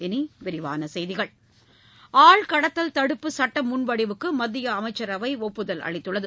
இனி விரிவான செய்திகள் ஆள் கடத்தல் தடுப்பு சுட்ட முன்வடிவுக்கு மத்திய அமைச்சரவை ஒப்புதல் அளித்துள்ளது